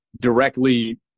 directly